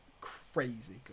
crazy